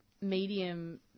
medium